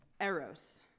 Eros